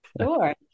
Sure